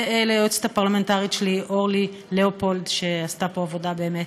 וליועצת הפרלמנטרית שלי אורלי לאופולד שעשה פה עבודה באמת.